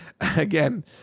Again